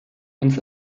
uns